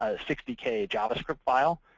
ah sixty k javascript file,